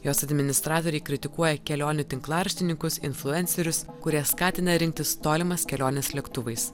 jos administratoriai kritikuoja kelionių tinklaraštininkus influencerius kurie skatina rinktis tolimas keliones lėktuvais